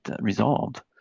resolved